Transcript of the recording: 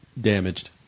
damaged